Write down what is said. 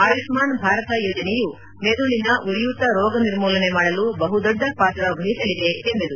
ಆಯುಷ್ಠಾನ್ ಭಾರತ ಯೋಜನೆಯು ಮೆದುಳಿನ ಉರಿಯುತ ರೋಗ ನಿರ್ಮೂಲನೆ ಮಾಡಲು ಬಹುದೊಡ್ಡ ಪಾತ್ರ ವಹಿಸಲಿದೆ ಎಂದರು